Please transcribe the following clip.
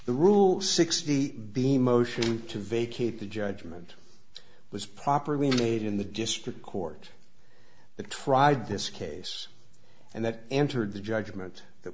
the rule sixty b motion to vacate the judgment was properly made in the district court that tried this case and that entered the judgment that